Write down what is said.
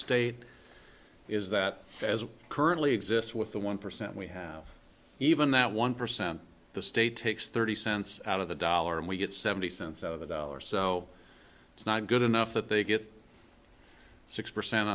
state is that as it currently exists with the one percent we have even that one percent the state takes thirty cents out of the dollar and we get seventy cents out of the dollar so it's not good enough that they get six percent